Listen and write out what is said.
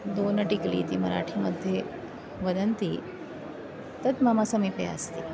दोनो टिकलि इति मराठी मध्ये वदन्ति तत् मम समीपे अस्ति